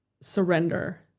surrender